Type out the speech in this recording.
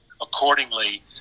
accordingly